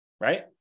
Right